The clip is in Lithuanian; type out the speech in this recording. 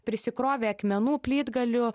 prisikrovė akmenų plytgalių